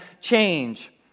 change